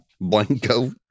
Blanco